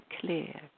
clear